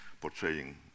portraying